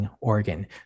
organ